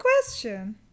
question